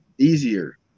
easier